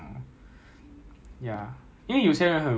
不是讲 suay suay lah to be honest 是 are the foreign workers